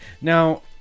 Now